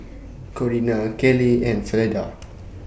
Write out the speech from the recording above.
Corina Kayleigh and Fleda